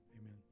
Amen